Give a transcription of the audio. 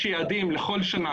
יש יעדים לכל שנה,